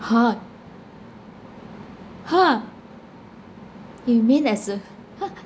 !huh! !huh! you mean as a